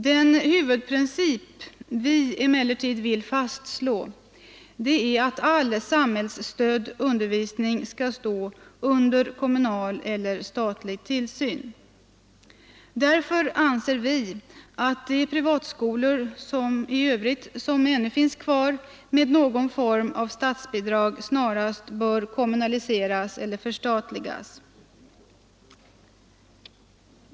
Den huvudprincip vi emellertid vill fastslå är att all samhällsstödd undervisning skall stå under kommunal eller statlig tillsyn. Därför anser vi att de privatskolor i övrigt som ännu finns kvar med någon form av statsbidrag snarast bör kommunaliseras eller förstatligas.